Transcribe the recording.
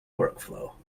workflow